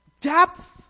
Depth